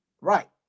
Right